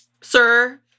sir